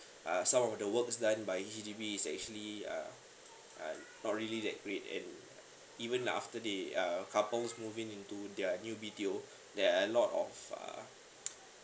uh some of the work is done by H_D_B is actually uh uh not really that great and even after the uh couples moving into their new B_T_O there're a lot of uh